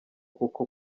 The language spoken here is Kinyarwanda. kuko